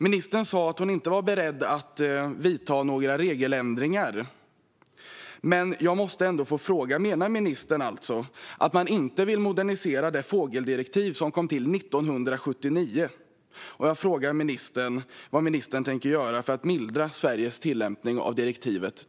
Ministern sa att hon inte var beredd att vidta några regeländringar. Men jag måste ändå få fråga: Menar ministern alltså att man inte vill modernisera det fågeldirektiv som kom till 1979? Vad tänker ministern göra för att mildra Sveriges tillämpning av direktivet?